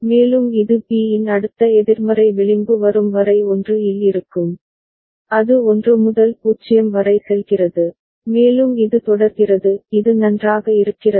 மேலும் இது B இன் அடுத்த எதிர்மறை விளிம்பு வரும் வரை 1 இல் இருக்கும் அது 1 முதல் 0 வரை செல்கிறது மேலும் இது தொடர்கிறது இது நன்றாக இருக்கிறதா